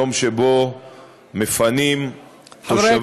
יום שבו מפנים תושבים,